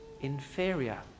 inferior